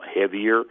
heavier